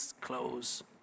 clothes